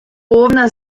повна